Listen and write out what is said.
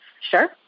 Sure